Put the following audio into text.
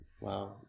wow